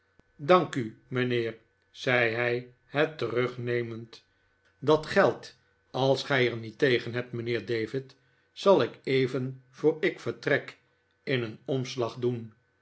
dank u mijnheer zei hij het terugnemend dat geld als gij er niet tegen hebt mijnheer david zal ik even voor ik vertrek in een omslag doen